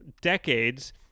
Decades